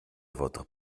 votre